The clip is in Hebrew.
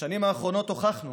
בשנים האחרונות הוכחנו